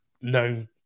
known